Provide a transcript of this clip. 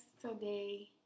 today